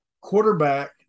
quarterback